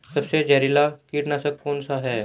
सबसे जहरीला कीटनाशक कौन सा है?